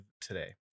today